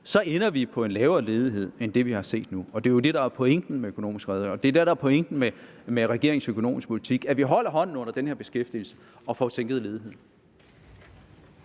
– ender på en lavere ledighed end det, vi har set nu. Det er jo det, der er pointen med den økonomiske redegørelse, og det er det, der er pointen med regeringens økonomiske politik, nemlig at vi holder hånden under den her beskæftigelse og får sænket ledigheden.